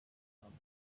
thomas